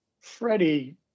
freddie